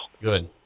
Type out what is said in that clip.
Good